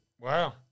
Wow